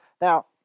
Now